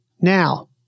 Now